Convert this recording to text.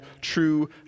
true